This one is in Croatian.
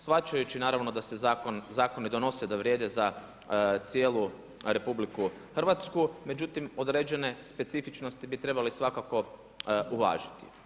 Shvaćajući naravno da se zakoni donose i da vrijede za cijelu RH, međutim određene specifičnosti bi trebali svakako uvažiti.